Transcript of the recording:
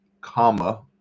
Comma